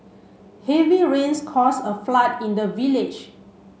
heavy rains cause a flood in the village